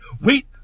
wait